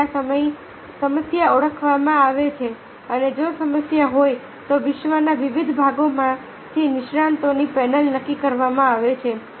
પહેલા સમસ્યા ઓળખવામાં આવે છે અને જો સમસ્યા હોય તો વિશ્વના વિવિધ ભાગોમાંથી નિષ્ણાતોની પેનલ નક્કી કરવામાં આવે છે